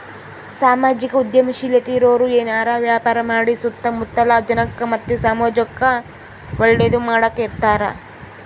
ಸಾಮಾಜಿಕ ಉದ್ಯಮಶೀಲತೆ ಇರೋರು ಏನಾರ ವ್ಯಾಪಾರ ಮಾಡಿ ಸುತ್ತ ಮುತ್ತಲ ಜನಕ್ಕ ಮತ್ತೆ ಸಮಾಜುಕ್ಕೆ ಒಳ್ಳೇದು ಮಾಡಕ ಇರತಾರ